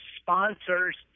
sponsors